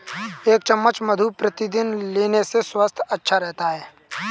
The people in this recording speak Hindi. एक चम्मच मधु प्रतिदिन लेने से स्वास्थ्य अच्छा रहता है